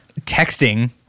texting